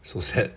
so sad